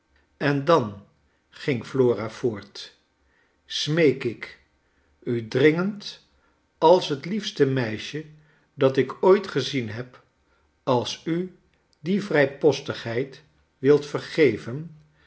en dan ging flora voort smeek ik u dringend als het liefste meisje dat ik ooit gezien heb als u die vrijpostigheid wilt vergeven